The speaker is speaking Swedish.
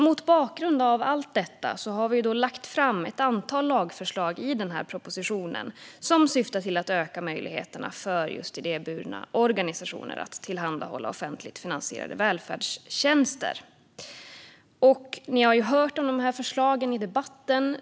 Mot bakgrund av allt detta har vi i den här propositionen lagt fram ett antal lagförslag som syftar till att öka möjligheterna för just idéburna organisationer att tillhandahålla offentligt finansierade välfärdstjänster. Ni har hört om förslagen i debatten.